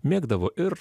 mėgdavo ir